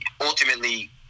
ultimately